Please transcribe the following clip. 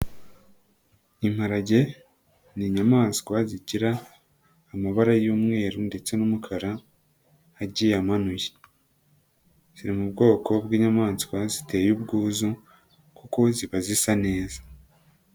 Imparage ni inyamaswa zigira amabara y'umweru ndetse n'umukara, agiye amanuye, ziri mu bwoko bw'inyamaswa ziteye ubwuzu kuko ziba zisa neza.